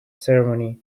ceremony